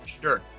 sure